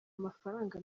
amafaranga